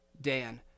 Dan